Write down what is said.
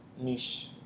niche